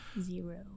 Zero